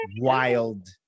wild